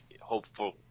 hopeful